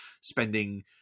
spending